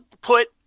put